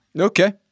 Okay